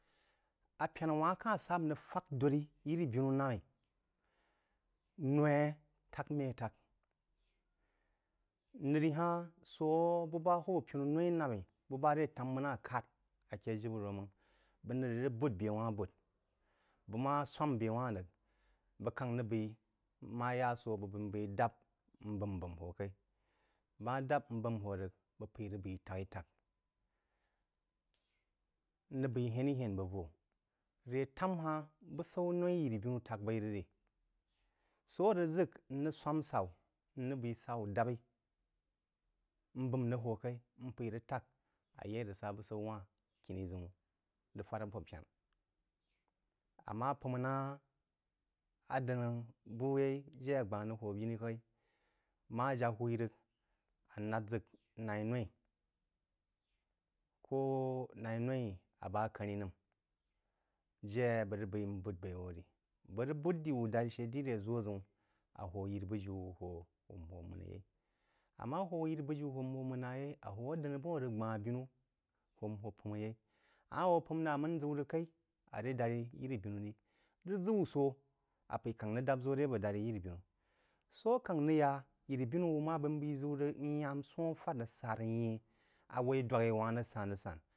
Apēna whā-n aka sá n rəg fak dod-re yirí-binu nam-í, n-noí tak-mé tak, nər ha-hn sō bú bá hwūb pinu no-í nam-í bəg ba ré tám maná kád aké jibéro máng bəg nir rəg bwú bé wá-hn bwú bəg ma swám bé be wáh-n rəg, bəg rəg bé mma ya sō bəg bə dab m būm-būm hō kaí. Bəg má dab m būm hō rəg, bəg pəí rəg bai tak-tak. M rəg bai həna-həna bəg vō. Ré tam hah-n busau no, yiri-binú tak baí rəg rí. Sō a rəg ʒək n rəg swām saú n rəg bai saú dab-í, n būm rəg hō kaí, n p’eí rəg tak aye rəg sa busaú wah-n kíni ʒəun, rəg fad a bō pəna rəg hō binú kaí ma jak hú rəg a lá ʒə na’í noí kō na’í noí a bá akaní nəm jé a bəg rəg bwu baí wō rí. Bəg rəg bwú dāri shə diri ré ʒō ʒəun a hō yiri-bugui ho mən yeí amma hō yiri-bujiú homən-na, yeí, ammá hō pūm rəg, á m’əng ʒəu rəg kaí aré dārí yirí-binú. Rəg ʒə wū sō, a p’eí kahń rəg dāb ʒo ré aré jári yiri-binu. Sō á kangh rəg yá, yiri-binú wú má b’aí n ʒəu rəg, n y’am sō-n fad-rəg sár-yən-h aw’eí dwagh wa-hn rəg san rəg san